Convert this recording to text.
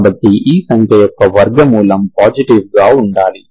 కాబట్టి ఈ సంఖ్య యొక్క వర్గమూలం పాజిటివ్ గా ఉండాలి